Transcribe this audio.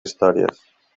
històries